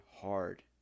hard